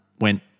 went